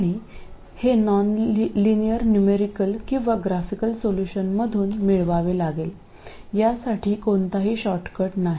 आणि हे nonlinear numerical किंवा ग्राफिकल सोल्यूशन्समधून मिळवावे लागेल यासाठी कोणताही शॉर्टकट नाही